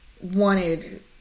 wanted